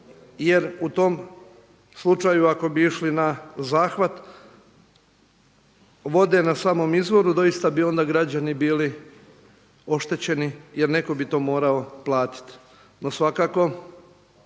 jer u tom slučaju ako bi išli na zahvat vode na samom izvoru doista bi onda građani bili oštećeni jer netko bi to mora platiti.